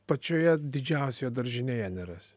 pačioje didžiausioje daržinėje nerasi